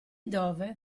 dove